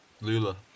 Lula